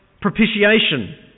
propitiation